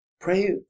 Pray